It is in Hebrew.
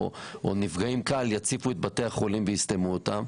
שנפגעי חרדה יציפו את בתי החולים ויסתמו אותם,